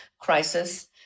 crisis